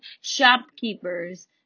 shopkeepers